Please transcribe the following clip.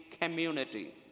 community